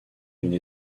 d’une